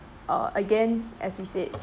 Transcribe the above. uh again as we said